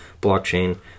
blockchain